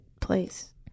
place